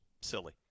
silly